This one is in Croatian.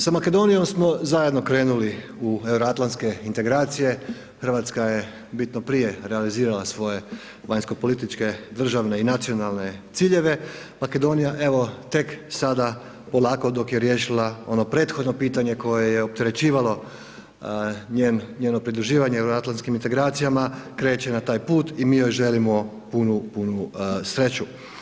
Sa Makedonijom smo zajedno krenuli u euroatlantske integracije, Hrvatska je bitno prije realizirala svoje vanjsko-političke, državne i nacionalne ciljeve, Makedonija evo tek sada polako dok je riješila ono prethodno pitanje koje je opterećivalo njeno pridruživanje euroatlantskim integracijama, kreće na taj put i mi joj želimo punu sreću.